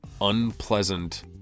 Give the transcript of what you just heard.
unpleasant